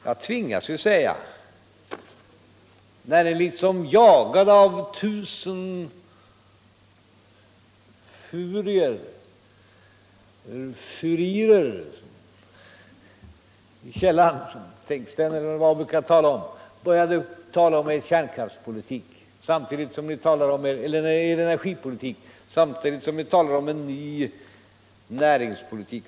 Samtidigt som centerpartisterna talar om en ny näringspolitik har de liksom jagade av tusen furier — furier i källaren, som Tingsten eller vem det var kallade det ibland — börjat tala om centerns energipolitik.